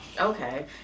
okay